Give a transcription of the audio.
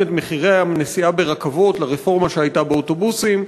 את מחירי הנסיעה ברכבות לרפורמה שהייתה באוטובוסים.